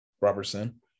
Robertson